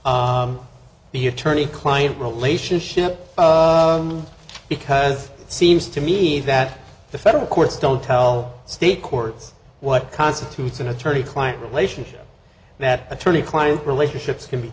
control the attorney client relationship because it seems to me that the federal courts don't tell state courts what constitutes an attorney client relationship that attorney client relationships can be